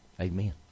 Amen